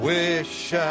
Wish